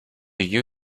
you